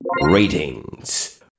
Ratings